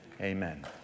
Amen